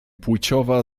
płciowa